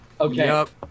Okay